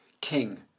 King